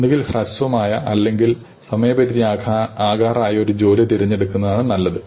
ഒന്നുകിൽ ഹ്രസ്വമായ അല്ലെങ്കിൽ അല്ലെങ്കിൽ സമയപരിധി ആകാറായ ഒരു ജോലി തിരഞ്ഞെടുക്കുന്നതാണ് നല്ലത്